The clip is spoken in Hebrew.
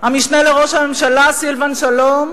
המשנה לראש הממשלה סילבן שלום.